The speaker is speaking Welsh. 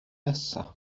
nesaf